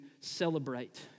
celebrate